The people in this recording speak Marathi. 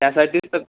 त्यासाठीच तर